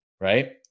right